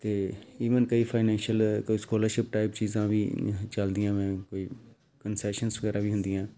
ਅਤੇ ਈਵਨ ਕਈ ਫਾਇਨੈਂਸ਼ੀਅਲ ਕੋਈ ਸਕੋਲਰਸ਼ਿਪ ਟਾਈਪ ਚੀਜ਼ਾਂ ਵੀ ਚੱਲਦੀਆਂ ਮੈਂ ਕੋਈ ਕਨਸੈਸ਼ਨਜ਼ ਵਗੈਰਾ ਵੀ ਹੁੰਦੀਆਂ